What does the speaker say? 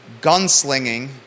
gunslinging